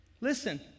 Listen